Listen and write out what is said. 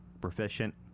proficient